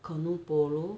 canoe polo